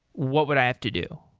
what would i have to do?